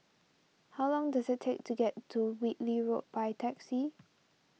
how long does it take to get to Whitley Road by taxi